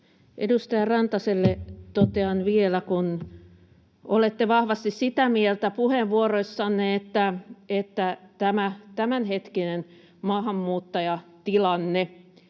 Edustaja Rantaselle totean vielä, kun olette vahvasti sitä mieltä puheenvuoroissanne, että tämä tämänhetkinen maahanmuuttajatilanne